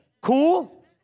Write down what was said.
Cool